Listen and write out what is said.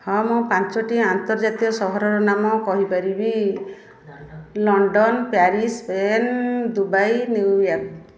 ହଁ ମୁଁ ପାଞ୍ଚଟି ଆନ୍ତର୍ଜାତୀୟ ସହରର ନାମ କହିପାରିବି London Paris Spain Dubai New York